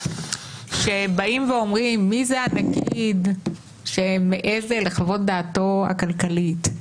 שבאים ואומרים מי זה הנגיד שמעז לחוות דעתו הכלכלית,